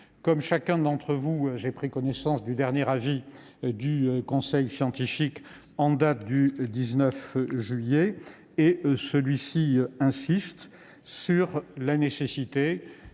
Comme chacun d'entre vous, j'ai pris connaissance du dernier avis du Conseil scientifique en date du 19 juillet dernier, qui insiste sur la nécessité